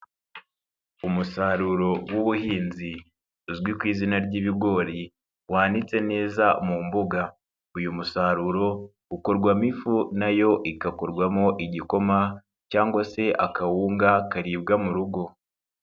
Umusaruro w'ubuhinzi uzwi ku izina ry'ibigori wanitse neza mu mbuga, uyu musaruro ukorwamo ifu nayo igakorwarwamo igikoma cyangwa se akawunga karibwa mu rugo.